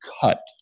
cut